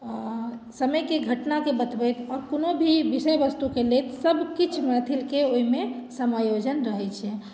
समयके घटनाकेँ बतबैत आओर कोनो भी विषय वस्तुके लैत सभ किछु मैथिलके ओहिमे समायोजन रहैत छै